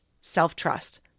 self-trust